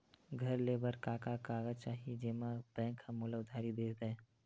घर ले बर का का कागज चाही जेम मा बैंक हा मोला उधारी दे दय?